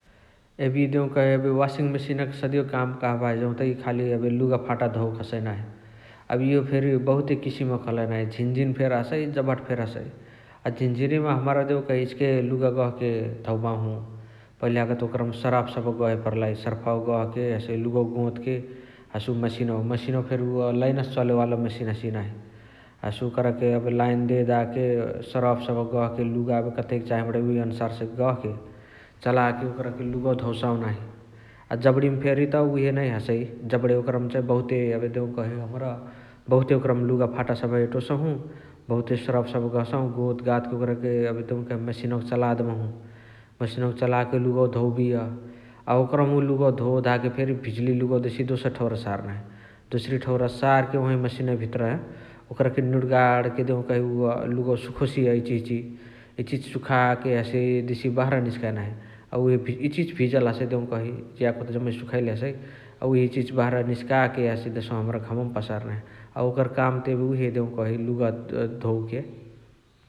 एबे इअ देउकही कही एबे वशिङ मेसिनक सदियो काम कहबाही जौत इअ खाली एबे लुगा फाता धोवके हसइ नाही । एबे इहो फेरी बहुते किसिमक हलही नाही झिन झिन फेरी हसइ जबहट फेरी हसइ । अ झिन झिनिमा हमरा देउकही इचिके लुगा गहके धौबाहु पहिल यागा त ओकरमा सरफ सबह गहे पर्लाई । सर्फावा गहके हसे लुगवा गोतके हसे उ मसिनवा मसिनवा फेरी उअ लिअनस चले वाला मसिन हसिय नाही । हसे ओकरके लाईन देदाके सरफ सबह गहके लुगा कतेक चाहे बणइ उहे अनुसारसे गहके चलाके ओकरके लुगवा धौसाहु नाही । अ जबणिमा फेरी त उहे नै हसइ जबणे ओकरमा चाही बहुते एबे देउकही हमरा ओकरमा बहुते लुगा फाटा सबह एटोसहु । बहुते सरफ सबह गहसाहु गोतगातके ओकरके एबे देउकही मसिनवा चला देबहु । मसिनवा चलाके लुगवा धौबिय अ ओकरहुमा उ लुगवा धोधाके फेरी भिजली लुगवा देसिय दोसर ठौरा सार नाही । दोसारी ठौरा सारके ओहावाही मसिनवै भितरअ ओकरके निणुगाणके देउकही उअ लुगवा सुखोसिय इचिहिची । इचिहिची सुखाके हसे देसिय बहरा निस्काइ नाही । अ उहे इचिहिची भिजल हसइ देउकही याकोत जाममे सुखैले । अ उहे इचिहिची बहरा निस्काके देसहु हमरा घमवमा पसार नाही । अ ओकरा काम त एबे उहे देउ कही लुगा धोवके ।